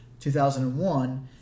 2001